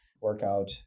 workout